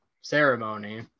ceremony